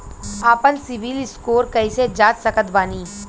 आपन सीबील स्कोर कैसे जांच सकत बानी?